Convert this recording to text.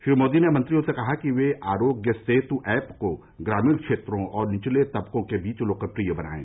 श्री मोदी ने मंत्रियों से कहा कि वे आरोग्य सेतु ऐप को ग्रामीण क्षेत्रों और निचले तबकों के बीच लोकप्रिय बनायें